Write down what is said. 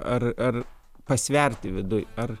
ar pasverti viduj ar